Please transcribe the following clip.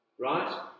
right